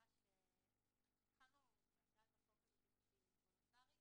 מזכירה שהתחלנו בהצעת החוק כשהיא וולונטרית